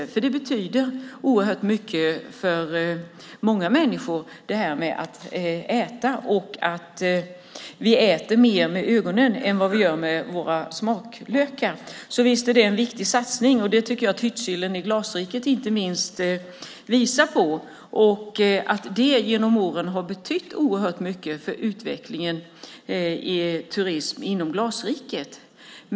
Detta med att äta betyder oerhört mycket för många människor. Vi äter mer med ögonen än vi äter med våra smaklökar, så visst är det fråga om en viktig satsning. Det tycker jag att inte minst hyttsillen i Glasriket visar på. Det där har genom åren betytt oerhört mycket för turismutvecklingen i Glasriket.